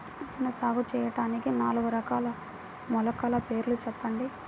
నేను సాగు చేయటానికి నాలుగు రకాల మొలకల పేర్లు చెప్పండి?